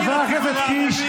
חבר הכנסת קיש.